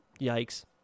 yikes